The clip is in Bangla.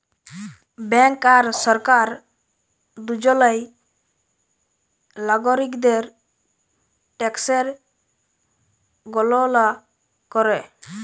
ব্যাংক আর সরকার দুজলই লাগরিকদের ট্যাকসের গললা ক্যরে